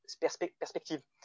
perspective